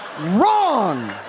Wrong